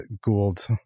Gould